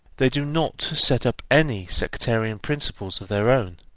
they do not set up any sectarian principles of their own,